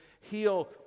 heal